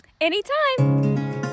Anytime